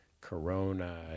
Corona